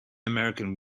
american